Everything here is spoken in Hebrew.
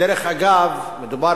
דרך אגב, מדובר